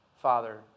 father